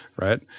Right